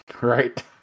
right